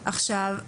עכשיו,